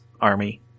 army